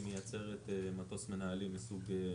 היא מייצרת מטוס מנהלים מסוג 280-G,